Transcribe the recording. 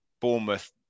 Bournemouth